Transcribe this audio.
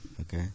Okay